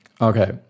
Okay